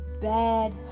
bad